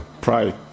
pray